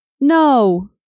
No